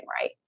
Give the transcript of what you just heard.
right